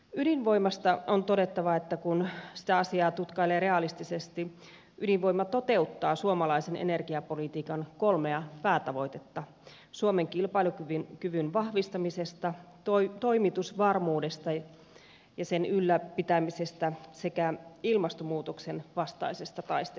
ydinvoimasta on todettava että kun sitä asiaa tutkailee realistisesti ydinvoima toteuttaa suomalaisen energiapolitiikan kolmea päätavoitetta suomen kilpailukyvyn vahvistamisesta toimitusvarmuudesta ja sen ylläpitämisestä sekä ilmastomuutoksen vastaisesta taistelusta